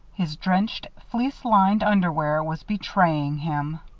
his drenched, fleece-lined underwear was betraying him.